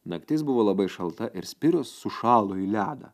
naktis buvo labai šalta ir spiros sušalo į ledą